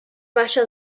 baixa